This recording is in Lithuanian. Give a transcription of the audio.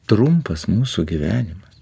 trumpas mūsų gyvenimas